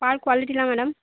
பால் குவாலிட்டியெலாம் மேடம்